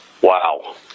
Wow